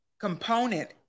component